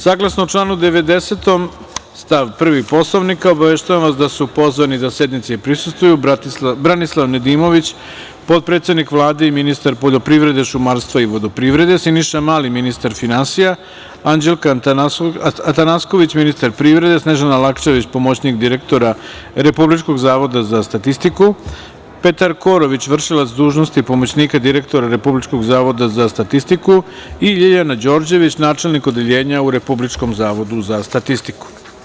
Saglasno članu 90. stav 1. Poslovnika obaveštavam vas da su pozvani da sednici prisustvuju Branislav Nedimović, potpredsednik Vlade i ministar poljoprivrede, šumarstva i vodoprivrede, Siniša Mali, ministar finansija, Anđelka Atanasković, ministar privrede, Snežana Lakčević, pomoćnik direktora Republičkog zavoda za statistiku, Petar Korović, vršilac dužnosti pomoćnika direktora Republičkog zavoda za statistiku i Ljiljana Đorđević, načelnik Odeljenja u Republičkom zavodu za statistiku.